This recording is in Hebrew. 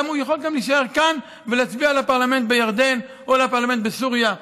הוא יכול גם להישאר כאן ולהצביע לפרלמנט בירדן או לפרלמנט בסוריה.